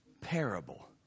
parable